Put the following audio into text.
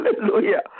Hallelujah